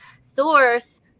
source